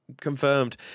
confirmed